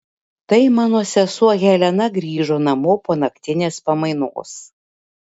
tai mano sesuo helena grįžo namo po naktinės pamainos